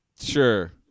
Sure